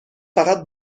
فقط